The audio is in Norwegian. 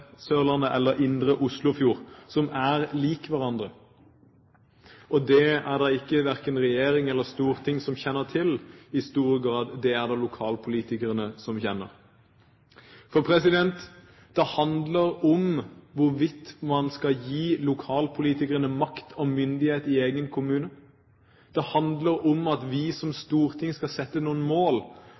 indre Oslofjord, som er lik hverandre. Det er det verken regjering eller storting som kjenner til i stor grad, det er det lokalpolitikerne som kjenner til. Det handler om hvorvidt man skal gi lokalpolitikerne makt og myndighet i egen kommune. Det handler om at vi som storting skal sette noen mål